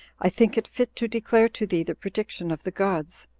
i think it fit to declare to thee the prediction of the gods.